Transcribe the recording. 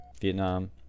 Vietnam